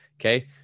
okay